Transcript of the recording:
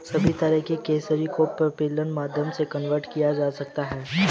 सभी तरह की करेंसी को पेपल्के माध्यम से कन्वर्ट किया जा सकता है